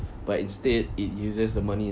but instead it uses the money